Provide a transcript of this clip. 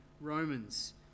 Romans